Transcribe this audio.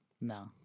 No